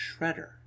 Shredder